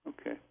Okay